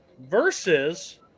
versus